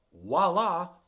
voila